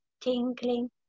tingling